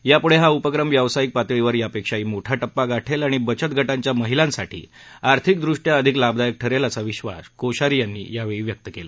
याप्ढे हा उपक्रम व्यावसायिक पातळीवर यापेक्षाही मोठा प्पा गाठेल आणि बचत ग ांच्या महिलांसाठी आर्थिकदृष्ट्या अधिक लाभदायक ठरेल असा विश्वास कोश्यारी यांनी यावेळी व्यक्त केला